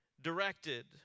directed